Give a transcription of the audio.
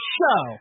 show